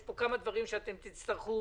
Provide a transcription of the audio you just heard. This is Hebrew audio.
יש פה כמה דברים שאתם תצטרכו